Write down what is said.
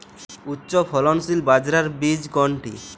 উচ্চফলনশীল বাজরার বীজ কোনটি?